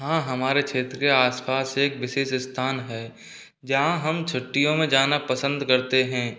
हाँ हमारे क्षेत्र के आस पास एक विशेष स्थान है जहाँ हम छुट्टियों में जाना पसंद करते हैं